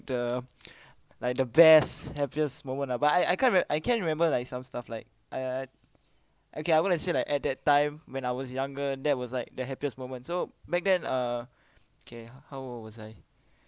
the like the best happiest moment ah but I I can't I can remember like some stuff like ah okay I'm gonna say like at that time when I was younger that was like the happiest moment so back then uh okay how old was I